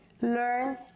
learn